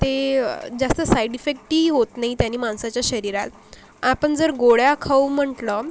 ते जास्त साईड इफेक्टही होत नाही त्याने माणसाच्या शरीरात आपण जर गोळ्या खाऊ म्हटलं